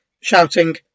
shouting